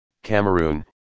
Cameroon